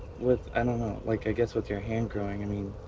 with. i don't know. like, i guess with your hand growing. i mean.